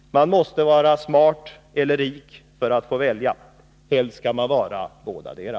Man måste vara smart eller rik för att få välja. Helst skall man vara bådadera.